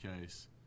case